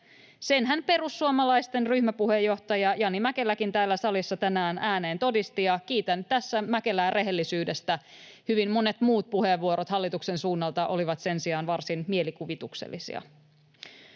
Senhän perussuomalaisten ryhmäpuheenjohtaja Jani Mäkeläkin täällä salissa tänään ääneen todisti, ja kiitän tässä Mäkelää rehellisyydestä. Hyvin monet muut puheenvuorot hallituksen suunnalta olivat sen sijaan varsin mielikuvituksellisia.